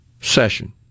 session